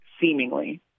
seemingly